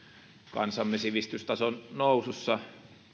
kansamme sivistystason nousussa